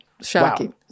Shocking